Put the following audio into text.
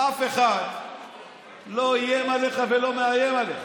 אף אחד לא איים עליך ולא מאיים עליך.